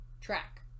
track